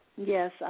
Yes